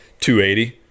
280